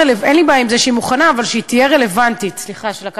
רגע, לא אמרתי כלום, רק התחלתי.